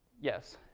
yes.